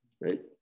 right